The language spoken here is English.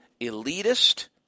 elitist